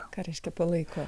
ką reiškia palaiko